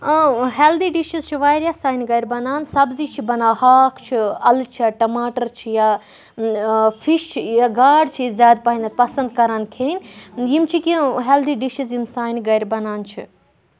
آ healthy dishes چھِ واریاہ سانہِ گرِ بَنان سَبزی چھِ بَنان ہاکھ چھُ اَلہٕ چھےٚ ٹماٹر چھِ یا فِش چھِ یا گاڈ چھِ أسۍ زیادٕ پَہمتھ پَسنٛد کَران کھیٚنۍ یِم چھِ کیٚنٛہہ ہیٚلدی ڈِشِز یِم سانہِ گرِ بَنان چھِ